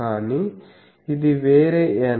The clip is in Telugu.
కానీ ఇది వేరే n